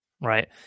right